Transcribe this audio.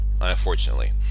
unfortunately